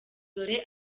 dore